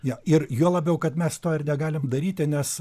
jo ir juo labiau kad mes to ir negalim daryti nes